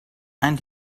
and